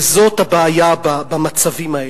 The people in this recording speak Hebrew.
וזאת הבעיה במצבים האלה.